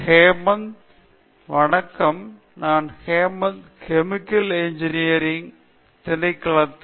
ஹேமந்த் வணக்கம் நான் Hemant chemical engineering திணைக்களத்தில் பி